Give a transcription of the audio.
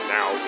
Now